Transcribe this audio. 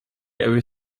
every